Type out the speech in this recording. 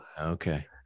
Okay